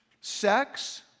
sex